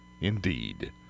indeed